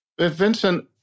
Vincent